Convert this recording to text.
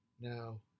now